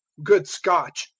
good scotch,